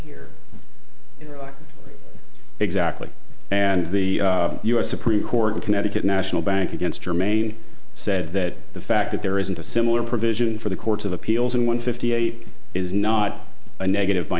right exactly and the u s supreme court in connecticut national bank against her may said that the fact that there isn't a similar provision for the courts of appeals in one fifty eight is not a negative by